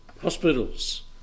hospitals